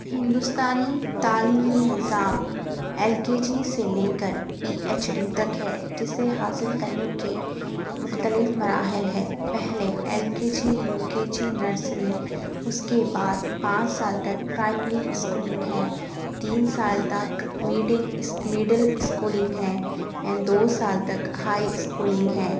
ہندوستانی تعلیمی نظام ایل کے جی سے لے کر پی ایچ ڈی تک ہے جسے حاصل کرنے کے مختلف مراحل ہے پہلے L K G U K G nursery اس کے بعد پانچ سال تک پرائمری اسکولنگ ہے تین سال تک میٹنگ مڈل اسکولنگ ہے اینڈ دو سال تک ہائی اسکولنگ ہیں